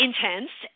Intense